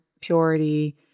purity